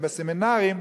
ובסמינרים,